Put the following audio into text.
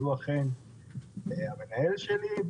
שהוא אכן המנהל שלי,